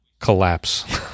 collapse